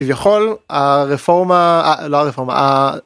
כביכול, הרפורמה... א... לא הרפורמה ה...